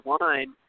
line